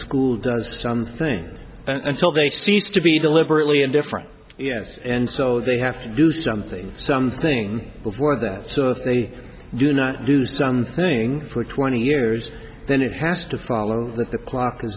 school does something until they cease to be deliberately indifferent yes and so they have to do something something before that so if they do not do something for twenty years then it has to follow that the clock